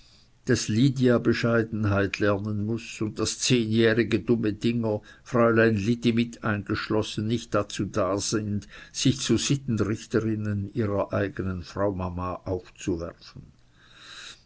daß lydia bescheidenheit lernen muß und daß zehnjährige dumme dinger fräulein liddi mit eingeschlossen nicht dazu da sind sich zu sittenrichterinnen ihrer eigenen frau mama aufzuwerfen